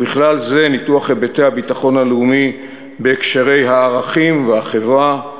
ובכלל זה: ניתוח היבטי הביטחון הלאומי בהקשרי הערכים והחברה,